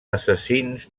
assassins